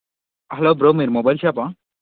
hello bro మీది mobile షాపా